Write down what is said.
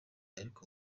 ariko